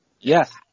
Yes